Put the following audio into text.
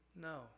No